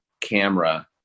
camera